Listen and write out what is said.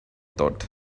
thought